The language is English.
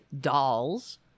dolls